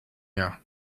air